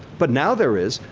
but now there is.